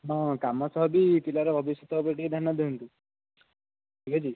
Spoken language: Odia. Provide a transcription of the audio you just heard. ହଁ କାମ ସହ ବି ପିଲାର ଭବିଷ୍ୟତ ଉପରେ ଟିକିଏ ଧ୍ୟାନ ଦିଅନ୍ତୁ ଠିକ୍ ଅଛି